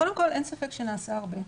קודם כל אין ספק שנעשה הרבה,